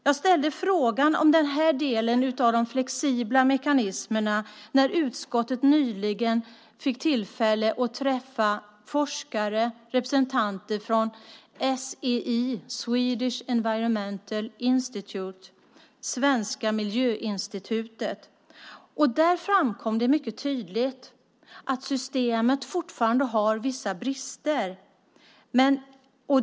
Jag ställde frågan i den här delen om de flexibla mekanismerna när utskottet nyligen fick tillfälle att träffa forskare och representanter för SEI, Stockholm Environment Institute. Där framkom det mycket tydligt att systemet fortfarande har vissa brister.